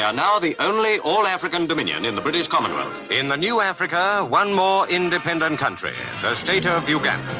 now the only all african dominion in the british commonwealth. in the new africa, one more independent country, the state ah of uganda.